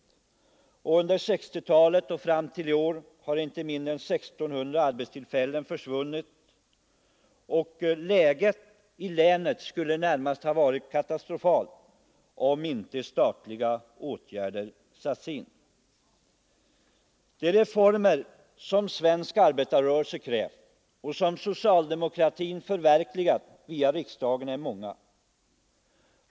Under 1960-talet och fram till 1973 har inte mindre än 1 600 arbetstillfällen försvunnit. Läget i länet skulle närmast ha varit katastrofalt, om inte statliga åtgärder satts in. De reformer som svensk arbetarrörelse krävt och som socialdemokratin har förverkligat via riksdagen är många.